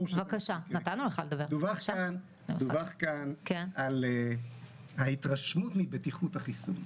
דווח כאן על ההתרשמות מבטיחות החיסון.